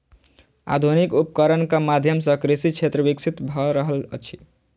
आधुनिक उपकरणक माध्यम सॅ कृषि क्षेत्र विकसित भ रहल अछि